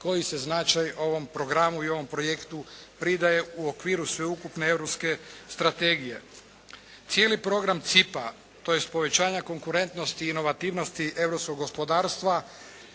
koji se značaj ovom programu i ovom projektu pridaje u okviru sveukupne europske strategije. Cijeli program CIP, tj. povećanja konkurentnosti i inovativnosti europskog gospodarstva